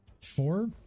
Four